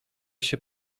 się